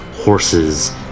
horses